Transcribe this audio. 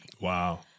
Wow